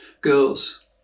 girls